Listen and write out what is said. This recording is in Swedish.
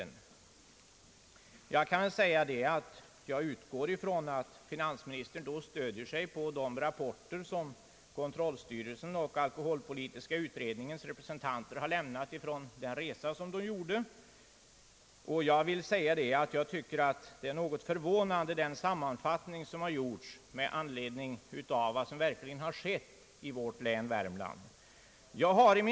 Jag utgår från att finansministern då stöder sig på de rapporter som kontrollstyrelsen och alkoholpolitiska utredningens representanter har lämnat från den resa som de gjorde. Den sammanfattning som har gjorts med anledning av vad som verkligen har skett i vårt län Värmland är något förvånande.